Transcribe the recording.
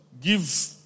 give